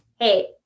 hey